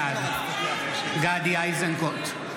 בעד גדי איזנקוט,